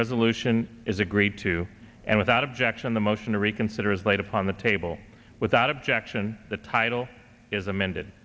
resolution is agreed to and without objection the motion to reconsider is laid upon the table without objection the title is amended